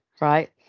right